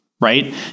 right